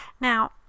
Now